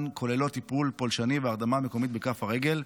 כוללות טיפול פולשני בהרדמה מקומית בכף הרגל,